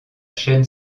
chaîne